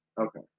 Okay